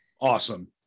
Awesome